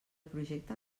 projecte